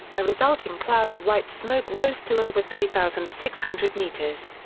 a resulting cloud of white smoke rose to over three thousand six hundred metres.